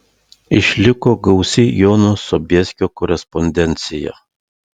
išliko gausi jono sobieskio korespondencija